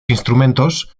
instrumentos